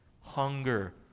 hunger